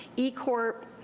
ecorp,